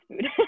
food